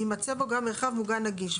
יימצא בו גם מרחב מוגן נגיש,